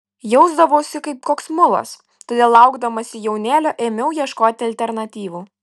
jausdavausi kaip koks mulas todėl laukdamasi jaunėlio ėmiau ieškoti alternatyvų